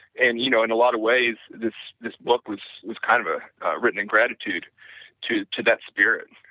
and, you know, in a lot of ways this this book was was kind of ah written in gratitude to to that spirit.